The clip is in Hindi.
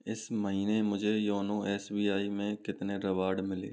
इस महीने मुझे योनो एस बी आई में कितने रिवॉर्ड मिले